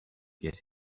get